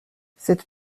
cette